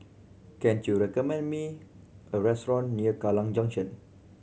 can you recommend me a restaurant near Kallang Junction